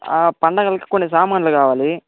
పండగలకి కొన్ని సామాన్లు కావాలి